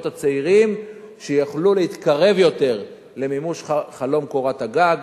הצעירים שיוכלו להתקרב יותר למימוש חלום קורת הגג.